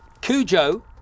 Cujo